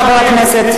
חבר הכנסת,